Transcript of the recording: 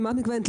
למה את מתכוונת?